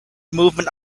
movement